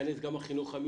ייכנס גם החינוך המיוחד.